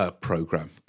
Program